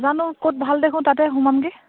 জানো ক'ত ভাল দেখোঁ তাতে সোমামগে